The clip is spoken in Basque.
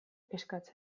eskatzen